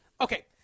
Okay